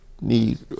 need